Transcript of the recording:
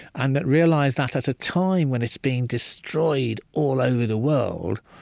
and that realized that at a time when it's being destroyed all over the world.